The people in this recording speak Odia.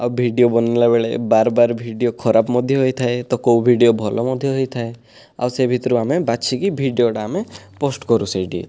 ଆଉ ଭିଡ଼ିଓ ବନେଇଲାବେଳେ ବାର୍ ବାର୍ ଭିଡ଼ିଓ ଖରାପ ମଧ୍ୟ ହୋଇଥାଏ ତ କେଉଁ ଭିଡ଼ିଓ ଭଲ ମଧ୍ୟ ହୋଇଥାଏ ଆଉ ସେ ଭିତରୁ ଆମେ ବାଛିକି ଭିଡ଼ିଓଟା ଆମେ ପୋଷ୍ଟ କରୁ ସେଇଠି